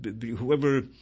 whoever